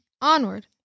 onward